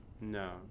no